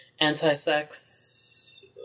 anti-sex